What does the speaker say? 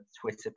Twitter